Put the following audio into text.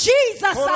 Jesus